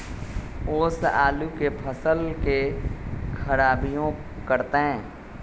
ओस आलू के फसल के खराबियों करतै?